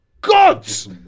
gods